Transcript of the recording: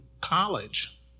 college